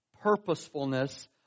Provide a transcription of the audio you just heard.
purposefulness